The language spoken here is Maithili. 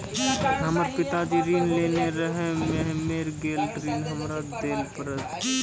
हमर पिताजी ऋण लेने रहे मेर गेल ऋण हमरा देल पड़त?